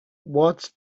what